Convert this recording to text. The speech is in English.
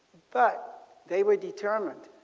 but they were determined.